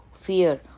fear